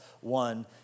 one